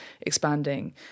expanding